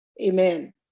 amen